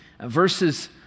Verses